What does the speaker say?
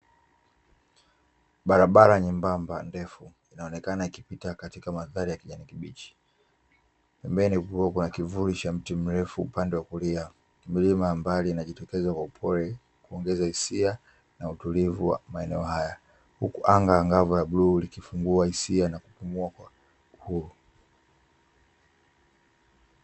Barabara nyembamba ndefu inaonekana ikipita katika madhari ya kijani kibichi, pembeni kukiwa na kivuli cha mti mrefu upande wa kulia ,milima mbali inajitokeza kwa upole kuongeza hisia na utulivu wa maeneo haya huku anga angavu la bluu likifungua hisia, na kupumua kwa uhuru.